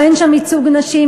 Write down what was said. או אין שם ייצוג נשים,